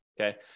Okay